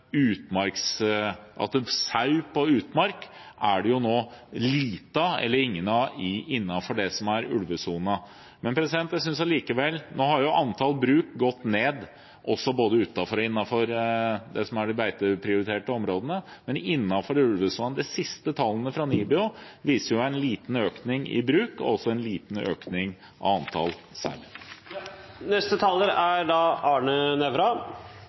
sau på utmark er det nå få eller ingen av innenfor ulvesonen. Nå har antall bruk gått ned både utenfor og innenfor de beiteprioriterte områdene, men innenfor ulvesonene viser de siste tallene fra NIBIO en liten økning i antall bruk, og også en liten økning i antall